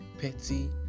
petty